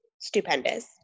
stupendous